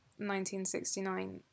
1969